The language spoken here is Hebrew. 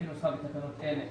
אלה